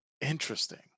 Interesting